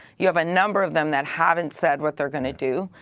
you have a number of them that havent said what theyre going to do.